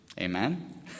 Amen